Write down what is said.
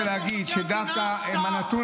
תגיד לי איפה מבקר המדינה